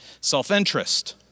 Self-interest